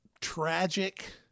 tragic